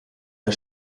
der